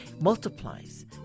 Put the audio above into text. multiplies